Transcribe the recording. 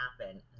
happen